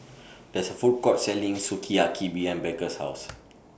There IS A Food Court Selling Sukiyaki behind Baker's House